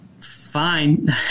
fine